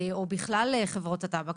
או בכלל חברות הטבק.